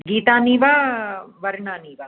गीतानि वा वर्णानि वा